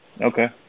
Okay